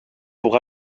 pour